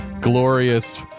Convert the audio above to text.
glorious